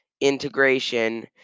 integration